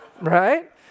Right